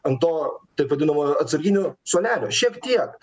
ant to taip vadinamo atsarginių suolelio šiek tiek